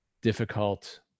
difficult